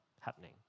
happening